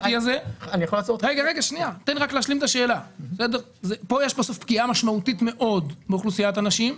כאן בסוף יש פגיעה משמעותית מאוד באוכלוסיית הנשים.